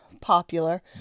popular